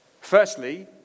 Firstly